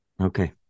Okay